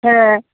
হ্যাঁ